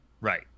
Right